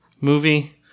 movie